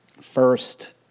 First